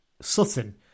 Sutton